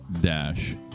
Dash